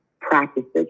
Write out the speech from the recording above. practices